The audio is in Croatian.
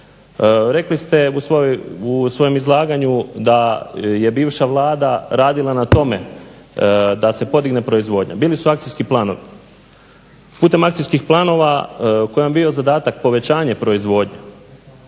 Rekli ste u svojem izlaganju da je bivša Vlada radila na tome da se podigne proizvodnja. Bili su akcijski planovi. Putem akcijskih planova kojim je bio zadatak povećanje proizvodnje